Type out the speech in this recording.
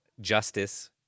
justice